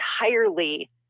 entirely